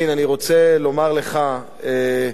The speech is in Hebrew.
אני רוצה לומר לך משהו,